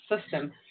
system